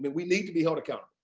but we need to be held accountable.